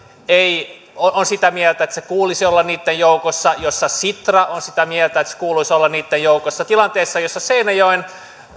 on sitä mieltä että sen kuuluisi olla niitten joukossa jossa sitra on sitä mieltä että sen kuuluisi olla niitten joukossa jossa seinäjoen